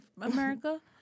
America